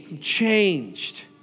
changed